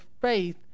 faith